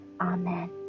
Amen